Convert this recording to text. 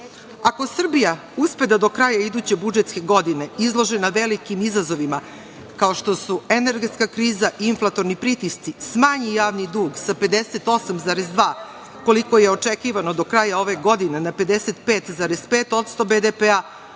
Srbija uspe da do kraja iduće budžetske godine, izložena velikim izazovima, kao što su energetska kriza i inflatorni pritisci, smanji javni dug sa 58,2, koliko je očekivano do kraja ove godine, na 55,5% BDP-a,